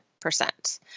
percent